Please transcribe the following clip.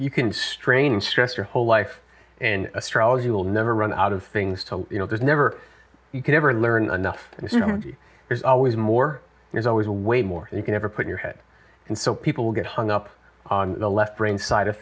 you can strain and stress your whole life in astrology will never run out of things to you know there's never you could ever learn enough and there's always more there's always a way more you can ever put your head and so people get hung up on the left brain side of